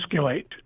escalate